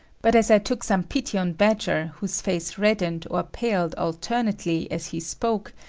but as i took some pity on badger whose face reddened or paled alternately as he spoke,